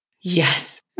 Yes